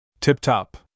Tip-top